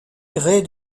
grey